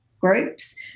groups